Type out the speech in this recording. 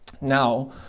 now